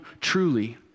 truly